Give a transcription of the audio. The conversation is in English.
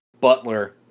butler